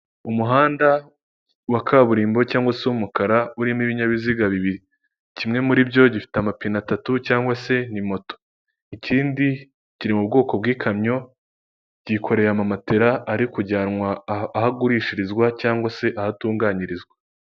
Umuhanda wa kaburimbo cg se w'umukara urimo ibinyabiziga bibiri, kimwe muri byo gifite amapine atatu cyangwa se ni moto, ikindi kiri mu bwoko bw'ikamyo kikoreye amamatela ari kujyanwa aho agurishirizwa cyangwa se aho atunganyirizwa.